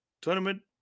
tournament